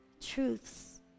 truths